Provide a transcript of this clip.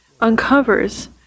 uncovers